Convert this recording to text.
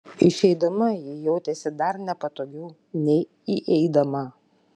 išeidama ji jautėsi dar nepatogiau nei įeidama